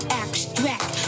abstract